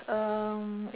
um